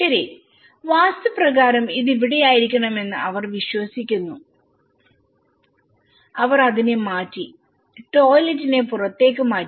ശരിവാസ്തു പ്രകാരം ഇത് ഇവിടെയായിരിക്കണമെന്ന് അവർ വിശ്വസിക്കുന്നു അവർ അതിനെ മാറ്റി ടോയ്ലറ്റിനെ പുറത്തേക്ക് മാറ്റി